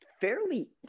fairly